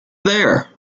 there